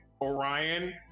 Orion